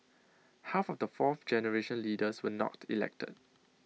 half of the fourth generation leaders were not elected